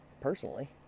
personally